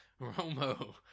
Romo